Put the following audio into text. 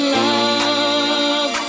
love